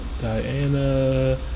diana